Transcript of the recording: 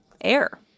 Air